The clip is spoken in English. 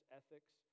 ethics